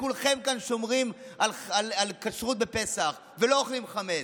כולכם כאן שומרים על כשרות בפסח ולא אוכלים חמץ.